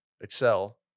excel